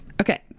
Okay